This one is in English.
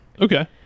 Okay